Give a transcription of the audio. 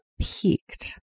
peaked